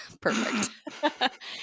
Perfect